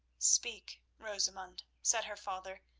speak, rosamund, said her father.